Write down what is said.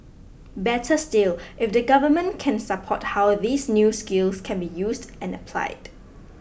better still if the government can support how these new skills can be used and applied